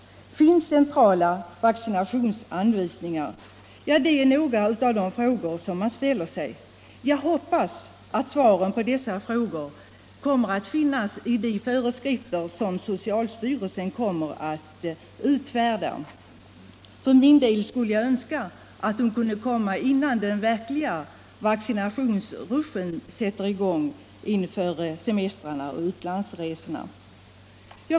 Finns det centrala vaccinationsanvisningar? Det är några av de frågor som man ställer sig. Jag hoppas att svaren på dessa frågor kommer att finnas i de föreskrifter som socialstyrelsen kommer att utfärda, och jag skulle önska dessa föreskrifter kunde komma innan den verkliga vaccinationsrushen sätter in inför semestrarna och utlandsresorna.